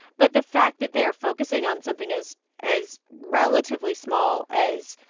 but the fact that they are focusing on something as as relatively small as.